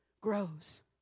grows